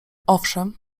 owszem